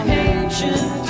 ancient